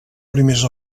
primers